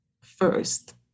first